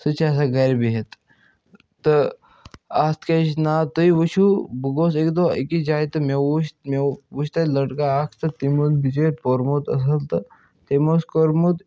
سُہ چھُ آسان گَرِ بِہِتھ تہٕ اَتھ کیٛاہ چھِ ناو تُہۍ وٕچھِو بہٕ گوٚژھ اَکہِ دۄہ أکِس جایہِ تہٕ مےٚ وُچھ مےٚ وُچھ تَتہِ لٔڑکہٕ اَکھ تہٕ تٔمۍ اوس بِچٲرۍ پوٚرمُت اَصٕل تہٕ تٔمۍ اوس کوٚرمُت